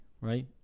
right